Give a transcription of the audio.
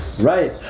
Right